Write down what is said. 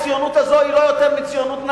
הציונות הזו היא לא יותר מציונות-נדל"ן,